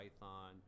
Python